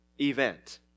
event